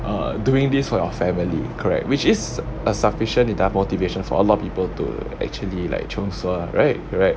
err doing this for your family correct which is a sufficient enough motivation for a lot of people to actually like chiong sua ah right right